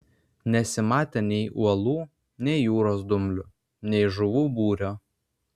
nesimatė nei uolų nei jūros dumblių nei žuvų būrio